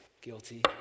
Guilty